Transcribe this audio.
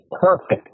perfect